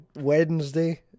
Wednesday